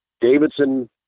Davidson